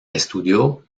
estudió